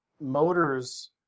motors